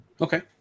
Okay